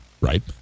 right